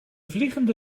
vliegende